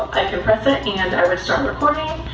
i can press it and i would start recording